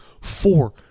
four